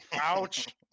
Ouch